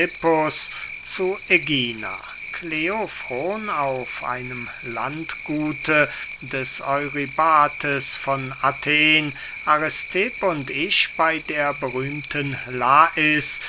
zu ägina kleofron auf einem landgute des eurybates von athen aristipp und ich bey der berühmten lais